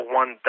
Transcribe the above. one